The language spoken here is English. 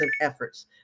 Efforts